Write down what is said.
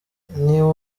niba